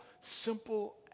simple